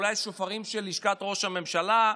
אולי שופרות של לשכת ראש הממשלה.